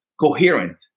coherent